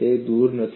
તે દૂર નથી